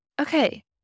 Okay